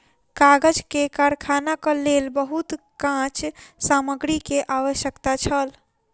कागज के कारखानाक लेल बहुत काँच सामग्री के आवश्यकता छल